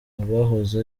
abahoze